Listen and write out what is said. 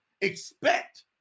Expect